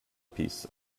piece